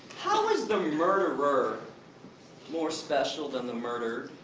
how is the murderer more special than the murdered?